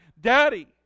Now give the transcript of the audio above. Daddy